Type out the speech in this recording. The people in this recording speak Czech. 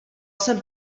jsem